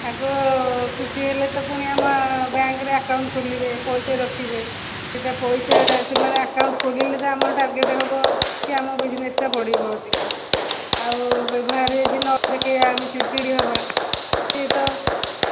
ଗ୍ରାହକ ଖୁସି ହେଲେ ତ ପୁଣି ଆମ ବ୍ୟାଙ୍କରେ ଆକାଉଣ୍ଟ ଖୋଲିବେ ପଇସା ରଖିବେ ସେଇଟା ପଇସା ସେମାନେ ଆକାଉଣ୍ଟ ଖୋଲିଲେ ତ ଆମର ଟାର୍ଗେଟ୍ ହେବ କି ଆମ ବିଜ୍ନେସଟା ବଢ଼ିବ ଅଧିକ ଆଉ ବ୍ୟବହାର ଯଦି ନ ଦେଖେଇବା ଆମେ ଚିଡ଼ି ଚିଡ଼ି ହେବା ସେ ତ